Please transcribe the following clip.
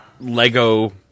Lego